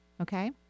Okay